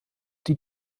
der